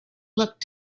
looked